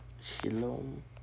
Shalom